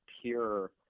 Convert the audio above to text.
pure